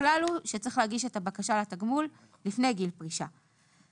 הכלל הוא שצריך להגיש את הבקשה לתגמול לפני גיל פרישה - למעט,